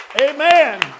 Amen